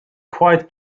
quite